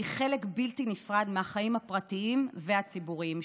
והיא חלק בלתי נפרד מהחיים הפרטיים והציבוריים שלי.